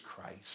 Christ